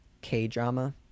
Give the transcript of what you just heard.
k-drama